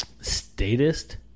Statist